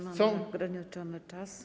Mamy ograniczony czas.